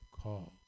calls